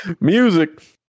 Music